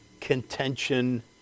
contention